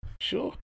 Sure